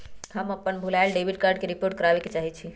हम अपन भूलायल डेबिट कार्ड के रिपोर्ट करावे के चाहई छी